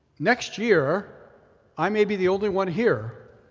next year i may be the only one here.